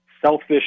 selfish